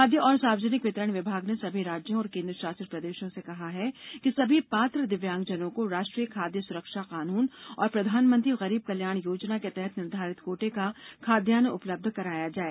खाद्य और सार्वजनिक वितरण विमाग ने सभी राज्यों और केन्द्र शासित प्रदेशों से कहा है कि सभी पात्र दिव्यांगजनों को राष्ट्रीय खाद्य सुरक्षा कानून और प्रधानमंत्री गरीब कल्याण योजना के तहत निर्धारित कोटे का खाद्यान्न उपलब्ध कराया जाए